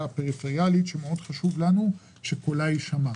הפריפריאלית שמאוד חשוב לנו שקולה יישמע.